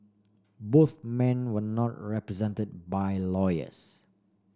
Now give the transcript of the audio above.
both men were not represented by lawyers